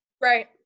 Right